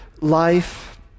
life